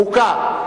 חוקה.